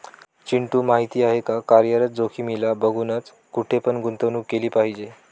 चिंटू माहिती आहे का? कार्यरत जोखीमीला बघूनच, कुठे पण गुंतवणूक केली पाहिजे